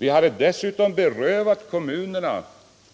Vi hade dessutom berövat kommunerna